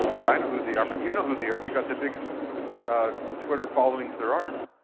but i know who they are, but you know who they are they got the biggest twitter followings there are.